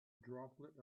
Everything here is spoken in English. droplet